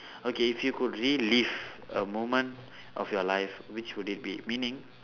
okay if you could relive a moment of your life which would it be meaning